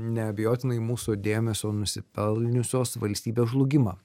neabejotinai mūsų dėmesio nusipelniusios valstybės žlugimą